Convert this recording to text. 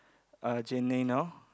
uh now